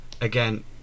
again